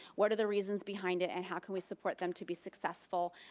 what are the reasons behind it, and how can we support them to be successful,